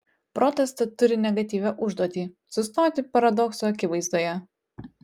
protas tad turi negatyvią užduotį sustoti paradokso akivaizdoje